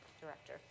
director